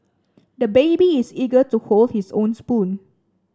the baby is eager to hold his own spoon